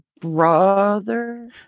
brother